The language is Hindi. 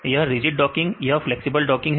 यह रिजिड डॉकिंग यह फ्लैक्सिबल डॉकिंग है